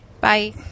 Bye